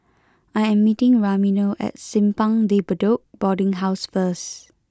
I am meeting Ramiro at Simpang De Bedok Boarding House first